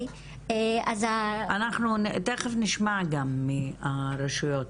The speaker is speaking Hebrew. אנחנו תיכף נשמע גם מהרשויות.